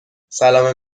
سلام